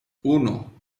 uno